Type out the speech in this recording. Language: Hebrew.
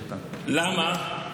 למה?